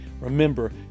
Remember